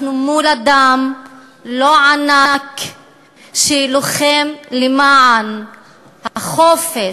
אנחנו מול אדם לא ענק שלוחם למען החופש,